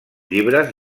llibres